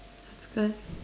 that's good